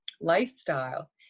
lifestyle